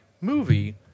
movie